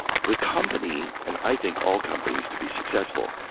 the company and i think all companies, to be successful,